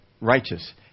righteous